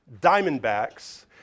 diamondbacks